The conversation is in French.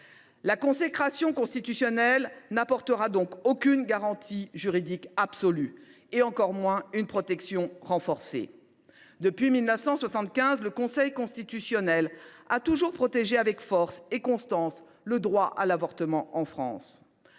La consécration constitutionnelle n’apportera donc aucune garantie juridique absolue, et encore moins une protection renforcée. Depuis 1975, le Conseil constitutionnel a toujours protégé avec force et constance le droit à l’avortement en France.